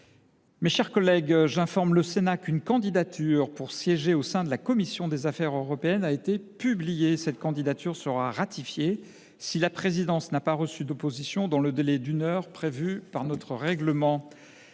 ces crédits, modifiés. J’informe le Sénat qu’une candidature pour siéger au sein de la commission des affaires européennes a été publiée. Cette candidature sera ratifiée si la présidence n’a pas reçu d’opposition dans le délai d’une heure prévu par notre règlement.